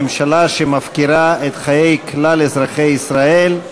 ממשלה שמפקירה את חיי כלל אזרחי ישראל.